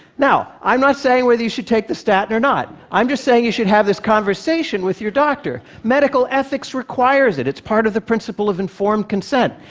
now, i'm not saying whether you should take the statin or not. i'm just saying you should have this conversation with your doctor. medical ethics requires it, it's part of the principle of informed consent.